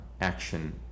Action